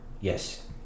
Yes